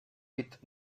with